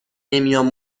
نمیام